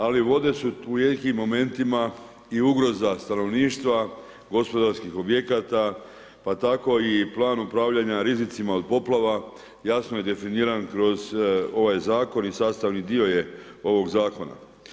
Ali vode su u nekim momentima i ugroza stanovništva, gospodarskih objekata pa tako i plan upravljanja rizicima od poplava jasno je definiran kroz ovaj zakon i sastavni dio je ovog zakona.